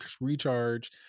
recharge